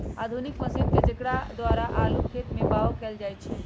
आधुनिक मशीन जेकरा द्वारा आलू खेत में बाओ कएल जाए छै